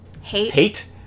hate